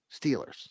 Steelers